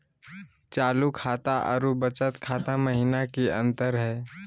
चालू खाता अरू बचत खाता महिना की अंतर हई?